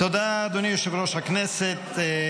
תודה, אדוני יושב-ראש הכנסת.